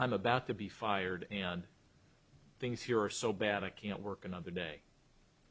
i'm about to be fired and things here are so bad i can't work another day